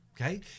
okay